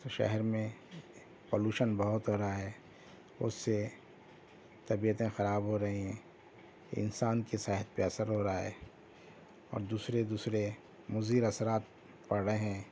تو شہر میں پولوشن بہت ہو رہا ہے اس سے طبیعتیں خراب ہو رہی ہیں انسان کی صحت پہ اثر ہو رہا ہے اور دوسرے دوسرے مضر اثرات پڑ رہے ہیں